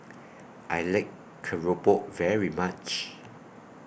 I like Keropok very much